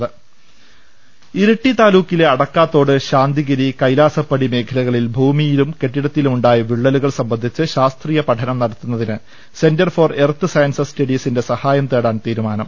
രു ൽ ശ്വ ൾ ഒ ൾ ഒ ൾ ഒ രു ഇരിട്ടി താലൂക്കിലെ അടക്കാത്തോട് ശാന്തിഗിരി കൈലാസപ്പടി മേ ഖലകളിൽ ഭൂമിയിലും കെട്ടിടങ്ങളിലുമുണ്ടായ വിള്ളലുകൾ സംബന്ധി ച്ച് ശാസ്ത്രീയ പഠനം നടത്തുതിന് സെന്റർ ഫോർ എർത്ത് സയൻസ് സ് റ്റഡീസിന്റെ സഹായം തേടാൻ തീരുമാന്ം